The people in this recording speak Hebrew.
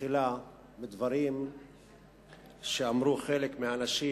תחילה מדברים שאמרו חלק מהאנשים,